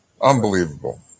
Unbelievable